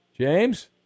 James